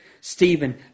Stephen